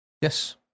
Yes